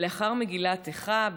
לאחר מגילת איכה,